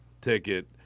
ticket